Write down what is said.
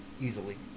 easily